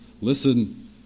Listen